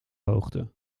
hoogte